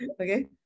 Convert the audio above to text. okay